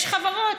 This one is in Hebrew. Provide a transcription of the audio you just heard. יש חברות,